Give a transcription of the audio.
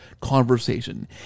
conversation